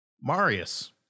Marius